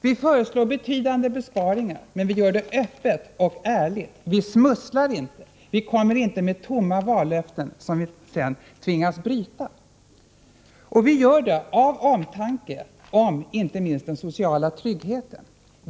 Vi föreslår betydande besparingar — men vi gör det öppet och ärligt, vi smusslar inte, och vi kommer inte med tomma vallöften, som vi sedan tvingas bryta. Vi gör det av omtanke inte minst om den sociala tryggheten.